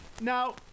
now